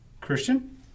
Christian